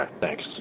thanks